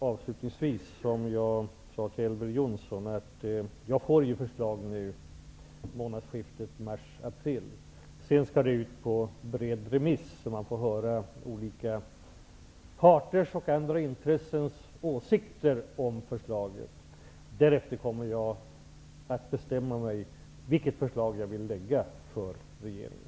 Herr talman! Jag vill avslutningsvis säga som jag sade till Elver Jonsson att jag vid månadsskiftet mars-april får förslag. Sedan skall det gå ut på remiss, så att man får höra olika parters och andra intressens åsikter om förslaget. Därefter kommer jag att bestämma vilket förslag som jag vill förelägga regeringen.